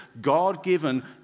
God-given